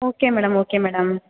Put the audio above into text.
okay madam okay madam